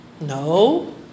No